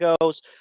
goes